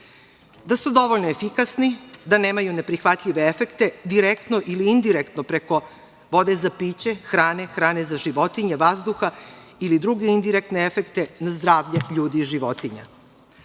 da su dovoljno efikasni, da nemaju neprihvatljive efekte direktno ili indirektno preko vode za piće, hrane, hrane za životinje, vazduha ili druge indirektne efekte za zdravlje ljudi i životinja. Ova